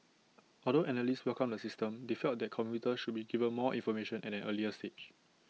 although analysts welcomed the system they felt that commuters should be given more information at an earlier stage